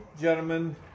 gentlemen